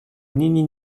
мнение